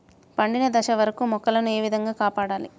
పండిన దశ వరకు మొక్కల ను ఏ విధంగా కాపాడాలి?